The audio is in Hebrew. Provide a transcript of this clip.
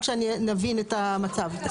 רק שנבין את המצב?